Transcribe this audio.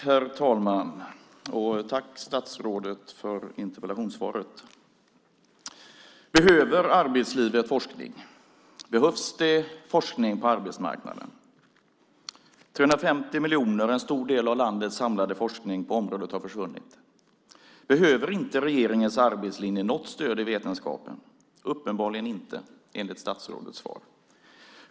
Herr talman! Tack, statsrådet, för interpellationssvaret! Behöver arbetslivet forskning? Behövs det forskning på arbetsmarknaden? 350 miljoner och en stor del av landets samlade forskning på området har försvunnit. Behöver inte regeringens arbetslinje något stöd i vetenskapen? Uppenbarligen inte, enligt statsrådets svar.